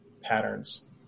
patterns